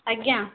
ଆଜ୍ଞା